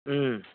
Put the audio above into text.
उम